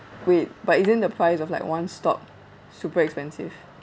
wait but isn't the price of like one stock super expensive